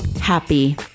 happy